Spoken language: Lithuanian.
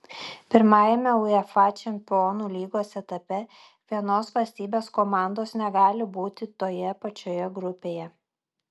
pirmajame uefa čempionų lygos etape vienos valstybės komandos negali būti toje pačioje grupėje